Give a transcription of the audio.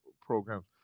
programs